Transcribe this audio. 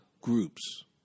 groups